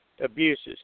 abuses